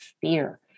fear